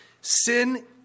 Sin